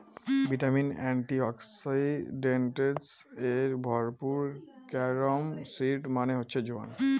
vitamin, antioxidants এ ভরপুর carom seed মানে হচ্ছে জোয়ান